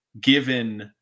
given